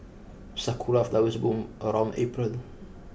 sakura flowers bloom around April